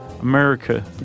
America